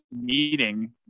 meeting